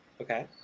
Okay